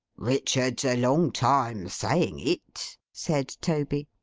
richard's a long time saying it said toby.